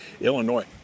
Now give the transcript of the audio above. Illinois